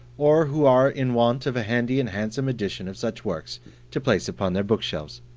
or who are in want of a handy and handsome edition of such works to place upon their bookshelves.